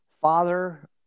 father